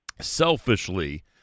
selfishly